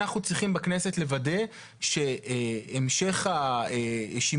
אנחנו צריכים בכנסת לוודא שהמשך השימוש